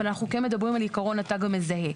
אבל אנחנו מדברים על עיקרון התג המזהה.